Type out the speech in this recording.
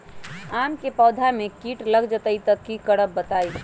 आम क पौधा म कीट लग जई त की करब बताई?